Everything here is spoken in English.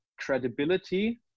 credibility